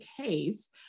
case